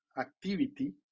activity